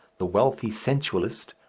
the wealthy sensualist,